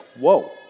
whoa